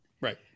right